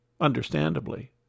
understandably